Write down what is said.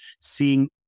seeing